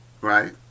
right